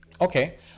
Okay